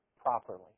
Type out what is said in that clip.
properly